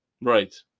right